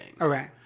Okay